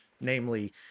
Namely